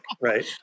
right